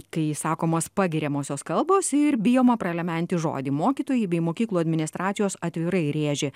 kai sakomos pagiriamosios kalbos ir bijoma pralementi žodį mokytojai bei mokyklų administracijos atvirai rėžė